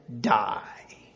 die